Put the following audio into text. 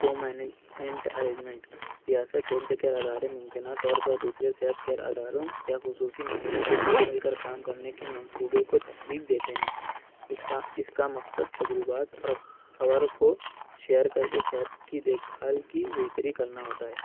arrangement ریاست health care ادارے ممکنات پر دوسرے صحت کیئر اداروں یا خصوصی ماہرین کے ساتھ مل کر کام کرنے کے منصوبے کو تخلیق دیتے ہیں یکسا اس کا مقصد تجربات اور خور کو شیر کر کے صحت کی دیکھ بھال کی بہتری کرنا ہوتا ہے